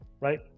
right